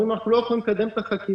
אומרים: אנחנו לא יכולים לקדם את החקירה.